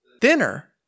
Thinner